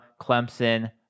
Clemson